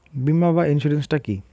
বিমা বা ইন্সুরেন্স টা কি?